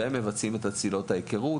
צלילות ההיכרות.